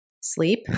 sleep